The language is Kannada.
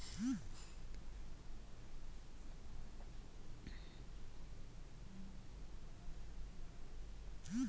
ಖರ್ಜೂರದ ಮರ ಏಷ್ಯ ಮತ್ತು ಆಫ್ರಿಕಗಳ ಉಷ್ಣವಯಗಳಲ್ಲೆಲ್ಲ ಸ್ವಾಭಾವಿಕವಾಗಿ ಬೆಳೆಯೋದಲ್ಲದೆ ಬೇಸಾಯದಲ್ಲಿದೆ